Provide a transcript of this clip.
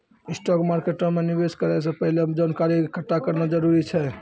stock मार्केटो मे निवेश करै से पहिले जानकारी एकठ्ठा करना जरूरी छै